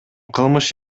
кылмыш